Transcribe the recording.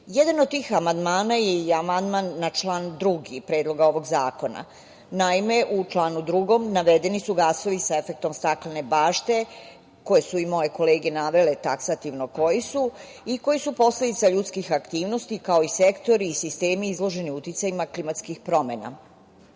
od tih amandmana je i amandman na član 2. Predloga ovog zakona. Naime, u članu 2. navedeni su gasovi sa efektom staklene bašte koje su i moje kolege navele taksativno koji su i koji su posledica ljudskih aktivnosti, kao i sektori i sistemi izloženi uticajima klimatskih promena. Ovim